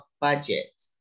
budget